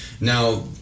Now